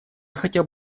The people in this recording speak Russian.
хотел